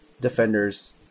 Defenders